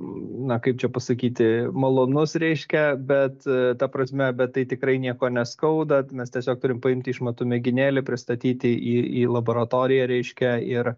na kaip čia pasakyti malonus reiškia bet ta prasme bet tai tikrai nieko neskauda mes tiesiog turim paimti išmatų mėginėlį pristatyti į į laboratoriją reiškia ir